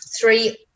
three